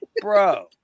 bro